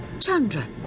Chandra